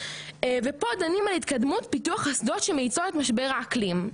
ופה דנים על התקדמות פיתוח אסדות שמאיצות את משבר האקלים.